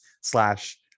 slash